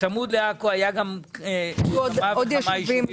כשצמוד לעכו היו עוד ישובים.